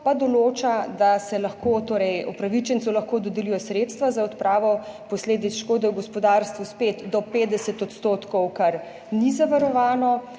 pa določa, da se lahko upravičencu dodelijo sredstva za odpravo posledic škode v gospodarstvu spet do 50 %, kar ni zavarovano,